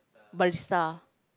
barista